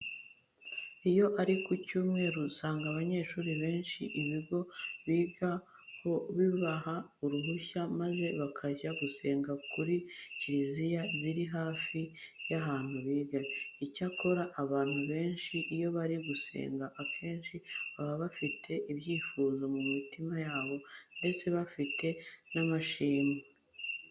Iyo ari ku cyumweru usanga abanyeshuri benshi ibigo bigaho bibaha uruhushya maze bakajya gusengera kuri kiliziya ziri hafi y'ahantu biga. Icyakora abantu benshi iyo bari gusenga, akenshi baba bafite ibyifuzo mu mitima yabo ndetse bafite n'amashimwe.